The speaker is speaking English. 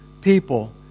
people